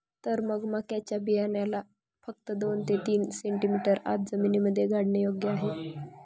तर मग मक्याच्या बियाण्याला फक्त दोन ते तीन सेंटीमीटर आत जमिनीमध्ये गाडने योग्य आहे